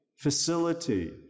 facility